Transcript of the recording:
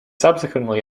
subsequently